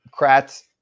Kratz